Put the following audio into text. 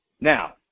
now